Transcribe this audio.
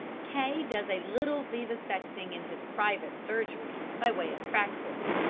k does a little vivisecting in his private surgery, by way of practice,